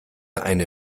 eine